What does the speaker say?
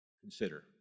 consider